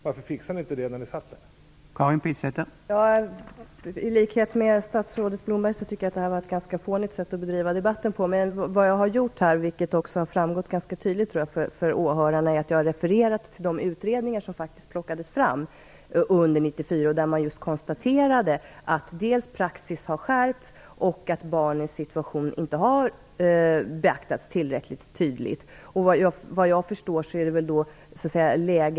Varför fixade ni inte det när ni satt i regering?